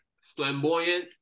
flamboyant